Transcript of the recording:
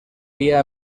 via